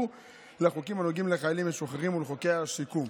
לחוקים הנוגעים לחיילים משוחררים ולחוקי השיקום.